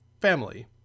family